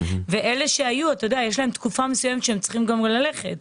ואלה שהיו לאחר תקופה מסוימת הם צריכים ללכת.